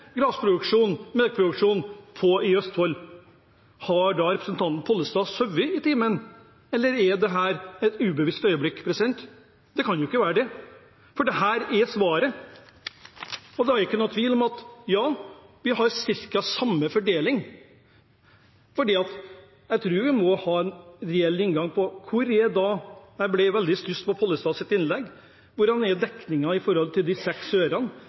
i Østfold. Har da representanten Pollestad sovet i timen? Eller er dette et ubevisst øyeblikk? Det kan jo ikke være det. For dette er svaret, og da er det ingen tvil om at ja, vi har omtrent samme fordeling. Jeg tror vi må ha en reell inngang – jeg kom veldig i stuss om Pollestads innlegg – hvor er dekningen når det gjelder de seks